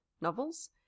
novels